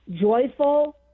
joyful